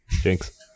Jinx